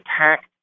attack